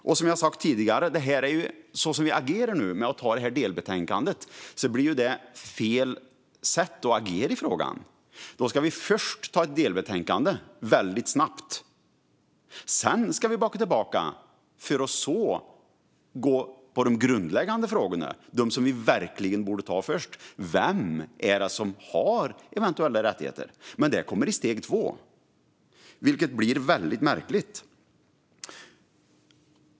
Så som vi nu agerar med att anta delbetänkandet blir det fel. Först ska vi snabbt anta ett delbetänkande. Sedan ska vi backa tillbaka för att gå på de grundläggande frågorna, de som vi verkligen borde besvara först, nämligen vem som har eventuella rättigheter. Men det kommer i steg två, och det blir mycket märkligt.